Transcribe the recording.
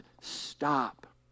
stop